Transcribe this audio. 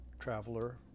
Traveler